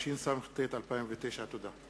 התשס"ט 2009. תודה.